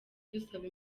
dusaba